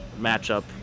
matchup